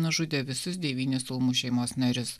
nužudė visus devynis ulmų šeimos narius